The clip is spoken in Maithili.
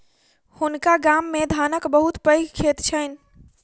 हुनका गाम मे धानक बहुत पैघ खेत छैन